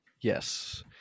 Yes